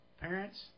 parents